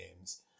games